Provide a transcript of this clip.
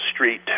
street